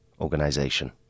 organization